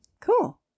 cool